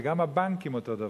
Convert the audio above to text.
וגם הבנקים אותו דבר.